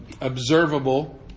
observable